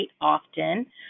often